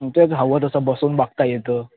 मग तेच हवं तसं बसून बघता येतं